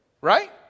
Right